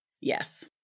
Yes